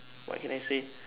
what can I say